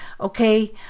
okay